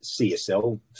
CSL